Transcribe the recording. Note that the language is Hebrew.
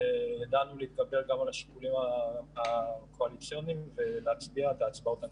ידענו להתגבר גם על השיקולים הקואליציוניים ולהצביע בהצבעות הנכונות.